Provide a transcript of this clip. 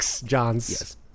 John's